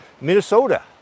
Minnesota